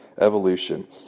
evolution